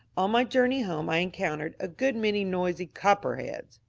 on my journey home i encountered a good many noisy copperheads.